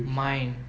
mine